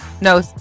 no